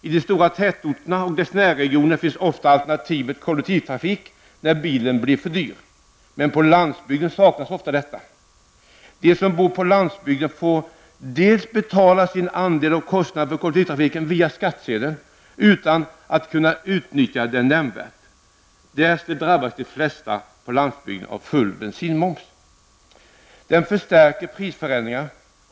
I de stora tätorterna och deras närregioner finns ofta alternativet kollektivtrafik när bilen blir för dyr, men på landsbygden saknas ofta detta. De som bor på landsbygden får dels betala sin andel av kostnaden för kollektivtrafiken via skattsedeln, utan att kunna utnyttja den nämnvärt, dels drabbas de flesta på landsbygden fullt ut av bensinmomsen.